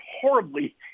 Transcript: horribly